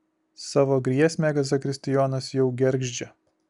savo giesmę zakristijonas jau gergždžia